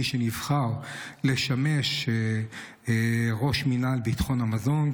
מי שנבחר לשמש ראש מינהל ביטחון המזון,